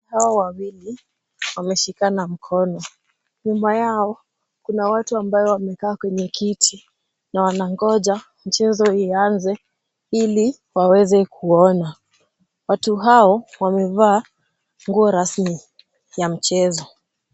Hawa wawili wameshikana mkono, nyuma yao kuna watu ambao wamekaa kwenye kiti na wanangoja mchezo ianze ili waweze kuona, watu hao wamevaa nguo rasmi ya mchezo.